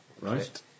Right